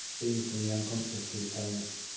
beings from the unconscious who are telling us,